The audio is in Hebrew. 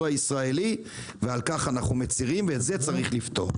הישראלי ועל כך אנחנו מצרים ואת זה צריך לפתור.